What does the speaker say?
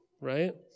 right